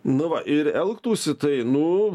nu va ir elgtųsi tai nu